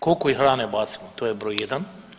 Koliko mi hrane bacamo to je broj jedan?